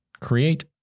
Create